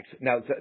now